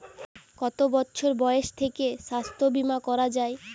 কত বছর বয়স থেকে স্বাস্থ্যবীমা করা য়ায়?